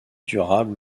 durable